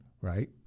right